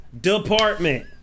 department